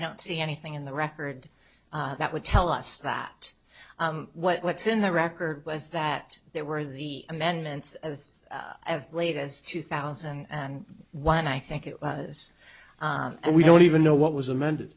don't see anything in the record that would tell us that what's in the record was that there were the amendments as as late as two thousand and one i think it was and we don't even know what was amended